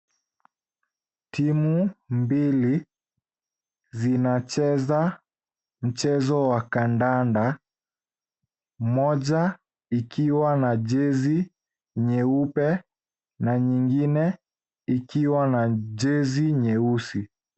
Timu mbili zinacheza mchezo wa kandanda moja ikiwa na jezi nyeupe na nyingine ikiwa na jezi nyeusi.